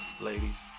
Ladies